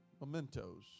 mementos